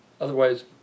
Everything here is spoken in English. Otherwise